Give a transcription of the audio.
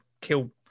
Kill